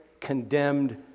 condemned